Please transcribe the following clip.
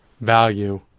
value